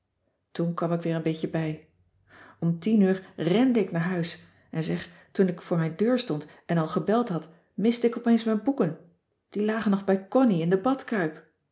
toen kwam ik weer een beetje bij om tien uur rende ik naar huis en zeg toen ik voor mijn deur stond en al gebeld had miste ik op eens mijn boeken die lagen nog bij connie in de